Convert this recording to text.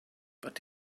but